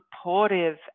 supportive